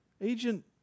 Agent